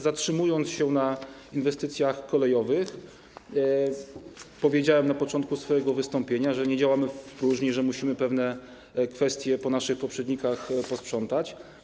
Zatrzymując się na inwestycjach kolejowych, powiedziałem na początku swojego wystąpienia, że nie działamy w próżni, że musimy pewne kwestie po naszych poprzednikach posprzątać.